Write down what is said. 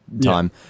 time